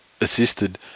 assisted